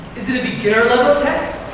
is it a beginner level text,